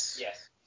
Yes